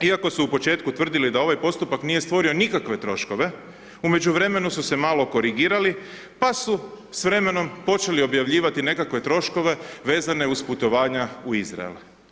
Iako su u početku tvrdili da ovaj postupak nije stvorio nikakve troškove, u međuvremenu su se malo korigirali pa su s vremenom počeli objavljivati nekakve troškove vezane uz putovanja u Izrael.